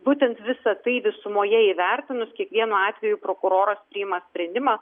būtent visa tai visumoje įvertinus kiekvienu atveju prokuroras priima sprendimą